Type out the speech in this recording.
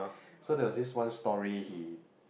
so there was this one story he